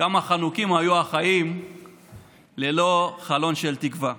כמה חנוקים יהיו החיים ללא חלון של תקווה.